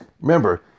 Remember